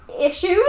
issues